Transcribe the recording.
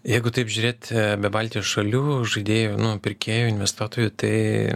jeigu taip žiūrėt be baltijos šalių žaidėjų nu pirkėjų investuotojų tai